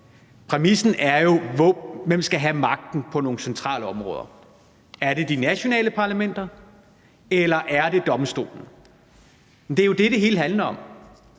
at finde ud af, hvem der skal have magten på nogle centrale områder. Er det de nationale parlamenter, eller er det domstolen? Det er jo det, det hele handler om.